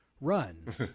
run